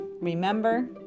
remember